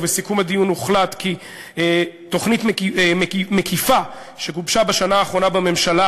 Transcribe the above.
ובסיכום הדיון הוחלט כי תוכנית מקיפה שגובשה בשנה האחרונה בממשלה